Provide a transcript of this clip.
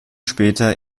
später